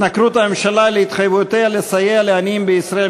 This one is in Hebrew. התנכרות הממשלה להתחייבויותיה לסייע לעניים בישראל,